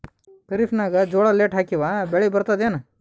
ಖರೀಫ್ ನಾಗ ಜೋಳ ಲೇಟ್ ಹಾಕಿವ ಬೆಳೆ ಬರತದ ಏನು?